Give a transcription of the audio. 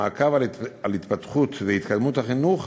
ומעקב אחר התפתחות והתקדמות החניך